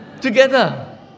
together